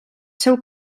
seu